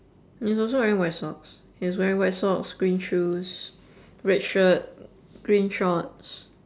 he's also wearing white socks he's wearing white socks green shoes red shirt green shorts